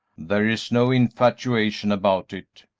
there is no infatuation about it,